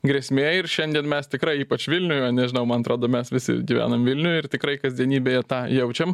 grėsmė ir šiandien mes tikrai ypač vilniuje nežinau man atrodo mes visi gyvenam vilniuj ir tikrai kasdienybėje tą jaučiam